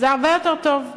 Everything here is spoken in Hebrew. זה הרבה יותר טוב.